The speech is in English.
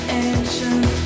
ancient